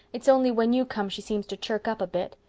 it's only when you come she seems to chirk up a bit.